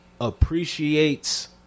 appreciates